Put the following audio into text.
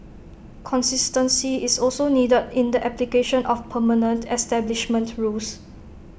consistency is also needed in the application of permanent establishment rules